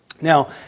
Now